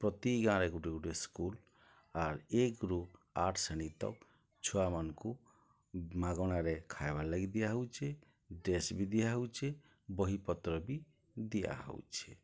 ପ୍ରତି ଗାଁରେ ଗୁଟେ ଗୁଟେ ସ୍କୁଲ୍ ଆର୍ ଏକ୍ରୁ ଆଠ୍ ଶ୍ରେଣୀ ତକ୍ ଛୁଆମାନ୍କୁ ମାଗଣାରେ ଖାଏବାର୍ ଲାଗି ଦିଆହେଉଛେ ଡ଼୍ରେସ୍ ବି ଦିଆହଉଛେ ବହିପତ୍ର ବି ଦିଆହଉଛେ